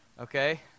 okay